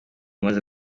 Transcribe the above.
umaze